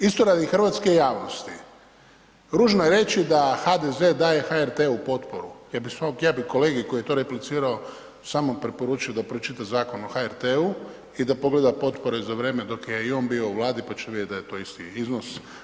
Isto radi hrvatske javnosti, ružno je reći da HDZ daje HRT-u potporu, ja bih kolegi koji je to replicirao samo preporučio da pročita Zakon o HRT-u i da pogleda potpore za vrijeme dok je i on bio u vladi pa će vidjeti da je to isti iznos.